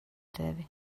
tevi